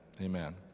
Amen